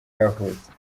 yavutse